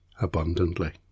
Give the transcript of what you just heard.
abundantly